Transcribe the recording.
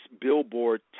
Billboard